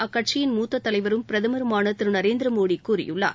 அக்கட்சியின் மூத்த தலைவரும் பிரதமருமான திரு நரேந்திர மோடி கூறியுள்ளார்